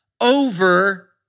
over